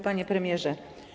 Panie Premierze!